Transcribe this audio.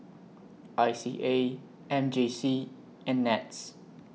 I C A M J C and Nets